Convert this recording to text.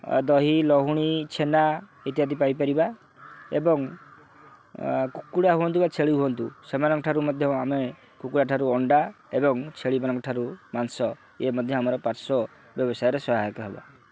ଦହି ଲହୁଣୀ ଛେନା ଇତ୍ୟାଦି ପାଇପାରିବା ଏବଂ କୁକୁଡ଼ା ହୁଅନ୍ତୁ ବା ଛେଳି ହୁଅନ୍ତୁ ସେମାନଙ୍କ ଠାରୁ ମଧ୍ୟ ଆମେ କୁକୁଡ଼ା ଠାରୁ ଅଣ୍ଡା ଏବଂ ଛେଳିମାନଙ୍କ ଠାରୁ ମାଂସ ଇଏ ମଧ୍ୟ ଆମର ପାର୍ଶ୍ୱ ବ୍ୟବସାୟରେ ସହାୟକ ହେବ